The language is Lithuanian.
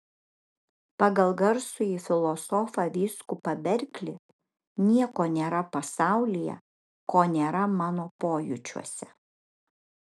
pagal garsųjį filosofą vyskupą berklį nieko nėra pasaulyje ko nėra mano pojūčiuose